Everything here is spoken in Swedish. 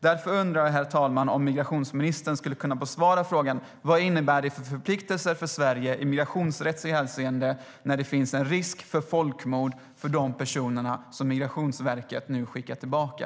Därför undrar jag, herr talman, om migrationsministern skulle kunna besvara frågan: Vad innebär det för förpliktelser för Sverige i migrationsrättsligt hänseende när det finns en risk för folkmord för de personer som Migrationsverket nu skickar tillbaka?